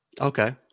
okay